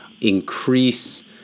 increase